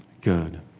good